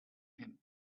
him